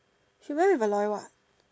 she went with Aloy what